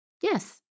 Yes